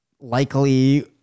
likely